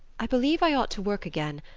i believe i ought to work again.